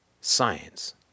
science